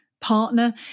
partner